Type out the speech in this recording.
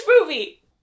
movie